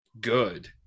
good